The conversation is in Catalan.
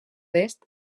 est